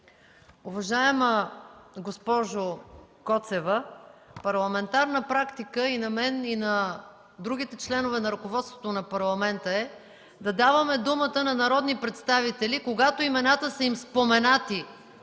Уважаема госпожо Коцева, парламентарна практика е – и на мен, и на другите членове на ръководството на Парламента, да даваме думата на народни представители, когато имената съм им споменати